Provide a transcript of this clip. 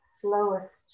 slowest